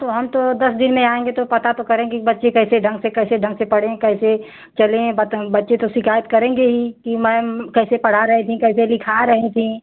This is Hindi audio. तो हम तो दस दिन में आएँगे तो पता तो करेंगे कि बच्चे कैसे ढंग से कैसे ढंग से पढ़ें कैसे चलें बच्चे तो शिकायत करेंगे ही कि मैम कैसे पढ़ा रही थीं कैसे लिखा रही थीं